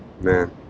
Man